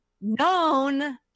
Known